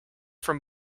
from